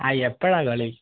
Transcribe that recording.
ആ എപ്പോഴാണ് കളി